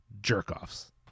jerk-offs